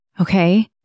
Okay